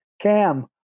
Cam